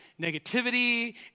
negativity